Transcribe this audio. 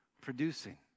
producing